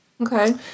Okay